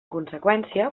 conseqüència